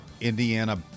Indiana